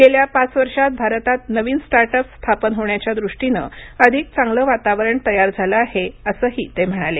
गेल्या पाच वर्षात भारतात नवीन स्टार्टअप्स स्थापन होण्याच्या दृष्टीनं अधिक चांगलं वातावरण तयार झालं आहे असंही ते म्हणाले